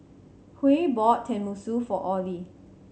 Huey bought Tenmusu for Orley